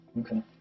Okay